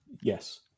Yes